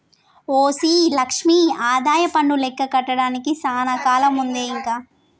OC Lakshmi ఆదాయపన్ను లెక్క కట్టడానికి సానా కాలముందే ఇంక